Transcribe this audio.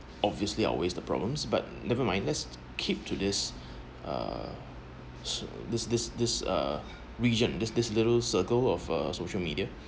obviously I'll waste the problems but never mind let's keep to this uh this this this uh region there's this little circle of a social media